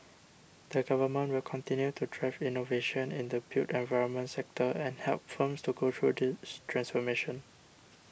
the Government will continue to drive innovation in the built environment sector and help firms to go through this transformation